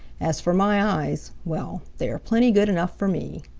as for my eyes, well, they are plenty good enough for me.